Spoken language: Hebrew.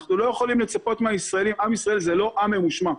עם ישראל זה לא עם ממושמע,